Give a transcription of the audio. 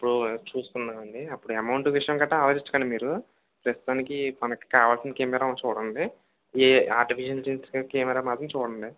అప్పుడు చూసుకుందామండి అప్పుడు ఎమౌంటు విషయం కట్టా ఆలోచిచ్చకండి మీరు ప్రస్తుతానికి మనకి కావాల్సిన కెమెరా చూడండి కెమెరా మాత్రం చూడండి